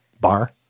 Bar